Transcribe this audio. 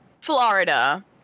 Florida